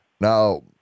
Now